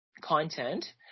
content